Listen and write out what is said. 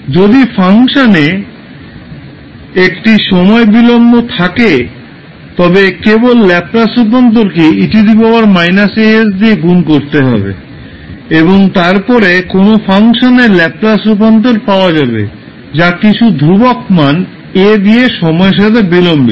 যদি ফাংশানে একটি সময় বিলম্ব থাকে তবে কেবল ল্যাপলাস রূপান্তরকে 𝑒 − 𝑎𝑠 দিয়ে গুণ করতে হবে এবং তারপরে কোনও ফাংশনের ল্যাপলাস রূপান্তর পাওয়া যাবে যা কিছু ধ্রুবক মান a দিয়ে সময়ের সাথে বিলম্বিত